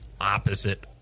opposite